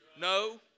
No